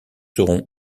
serons